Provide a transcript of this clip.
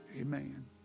Amen